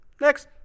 Next